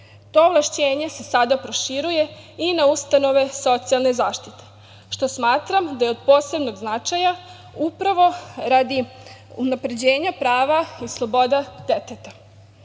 To ovlašćenje se sada proširuje i na ustanove socijalne zaštite, što smatram da je od posebnog značaja, upravo radi unapređenja prava i sloboda deteta. Bitna